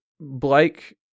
Blake